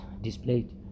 displayed